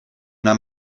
una